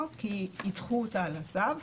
כי ידחו אותה על הסף.